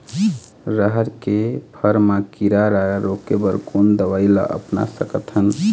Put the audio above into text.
रहर के फर मा किरा रा रोके बर कोन दवई ला अपना सकथन?